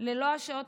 ללא השעות